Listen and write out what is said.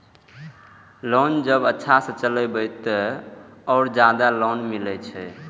Loan जब अच्छा से चलेबे तो और ज्यादा लोन मिले छै?